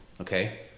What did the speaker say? okay